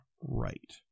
right